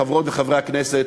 חברות וחברי הכנסת,